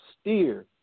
steer